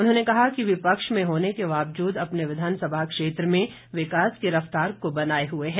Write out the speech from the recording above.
उन्होंने कहा कि विपक्ष में होने के बावजूद अपने विधानसभा क्षेत्र में विकास की रफ्तार को बनाए हुए हैं